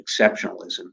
Exceptionalism